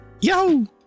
Yo